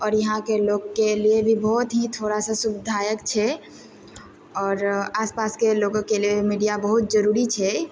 आओर यहाँके लोकके लिए भी बहुत ही थोड़ा सा सुविधायक छै आओर आस पासके लोगोँके लिए मीडिया बहुत जरूरी छै